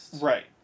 Right